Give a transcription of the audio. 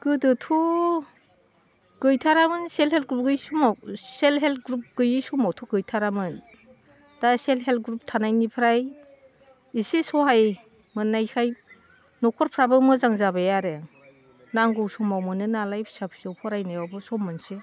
गोदोथ' गैथारामोन self help group बै समाव सेल्फ हेल्प ग्रुप गैयि समावथ' गैथारामोन दा सेल्फ हेल्प ग्रुप थानायनिफ्राय इसे सहाय मोननायखाय न'खरफ्राबो मोजां जाबाय आरो नांगौ समाव मोनो नालाय फिसा फिसौ फरायनायावबो सम मोनोसै